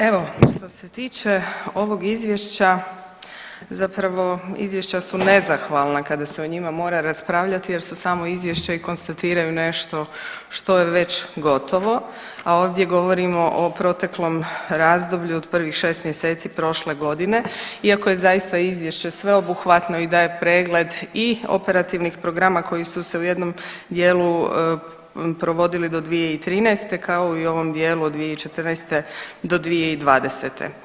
Evo, što se tiče ovog Izvješća, zapravo izvješća su nezahvalna kada se o njima mora raspravljati jer su samo izvješća i konstatiraju nešto što je već gotovo, a ovdje govorimo o proteklom razdoblju od prvih 6 mjeseci prošle godine iako je zaista izvješće sveobuhvatno i daje pregled i operativnih programa koji su se u jednom dijelu provodili do 2013., kao i u ovom dijelu od 2014. do 2020.